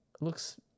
looks